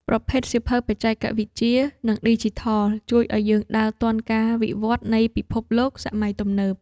ប្រភេទសៀវភៅបច្ចេកវិទ្យា និងឌីជីថល ជួយឱ្យយើងដើរទាន់ការវិវឌ្ឍនៃពិភពលោកសម័យទំនើប។